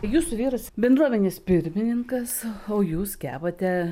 jūsų vyras bendruomenės pirmininkas o jūs kepate